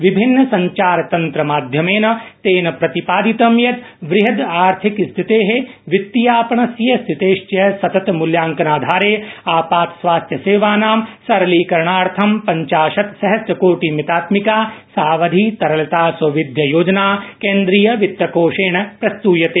विभिन्न सञ्चार तन्त्र माध्यमेन तेन प्रतिपादितं यत् वृध्द आर्थिक स्थिते वितीयापणस्य स्थितेश्च सतत मुल्यांकनाधारे आपात स्वास्थ्य सेवानां सरलीकरणार्थ पञ्चाशत्सहस्रकोटिमितात्मिका सावधि तरलता सौविध्य योजना केंद्रीय वित्त कोषेण प्रस्तयते